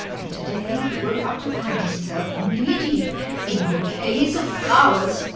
and today he woke up to find himself knee-deep in bouquets of flowers.